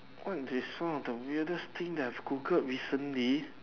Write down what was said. one of this sound of the weirdest thing that I've Google recently